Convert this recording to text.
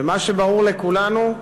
ומה שברור לכולנו,